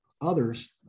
others